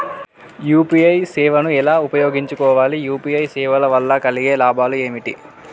UPI సేవను ఎలా ఉపయోగించు కోవాలి? యూ.పీ.ఐ సేవల వల్ల కలిగే లాభాలు ఏమిటి?